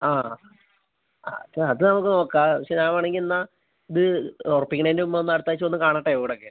ആ അത് അത് നമുക്ക് നോക്കാം പക്ഷെ ഞാൻ വേണമെങ്കിൽ എന്നാൽ ഇത് ഉറപ്പിക്കണതിന് മുൻപ് ഒന്ന് അടുത്താഴ്ച ഒന്ന് കാണട്ടെ വീടൊക്കെ